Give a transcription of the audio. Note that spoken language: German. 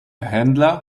händler